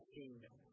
kingdom